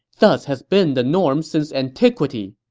thus has been the norm since antiquity.